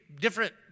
different